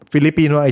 Filipino